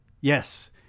Yes